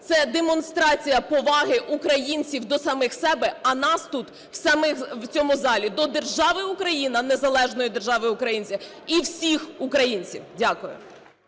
це демонстрація поваги українців до самих себе, а нас тут, в цьому залі, до держави Україна, незалежної держави Україна і всіх українців. Дякую.